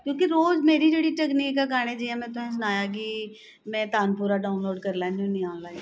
क्योंकि रोज मेरी जेह्ड़ी तकनीक ऐ गाने दी तुसें गी सनाया कि मैं तानपुरा डाउनलोड करी लैन्नी होन्नी आं आनलाइन